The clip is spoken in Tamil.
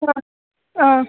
ஆ ஆ